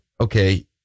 okay